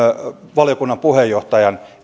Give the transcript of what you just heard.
valiokunnan puheenjohtajan